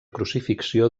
crucifixió